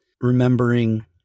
remembering